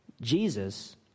Jesus